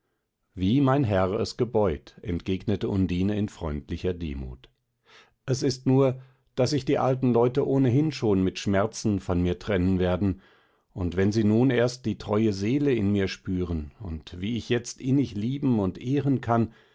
wie mein herr es gebeut entgegnete undine in freundlicher demut es ist nur daß sich die alten leute ohnehin schon mit schmerzen von mir trennen werden und wenn sie nun erst die treue seele in mir spüren und wie ich jetzt innig lieben und ehren kann